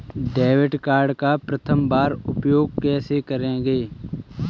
Debit card का प्रथम बार उपयोग कैसे करेंगे?